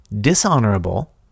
dishonorable